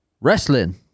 wrestling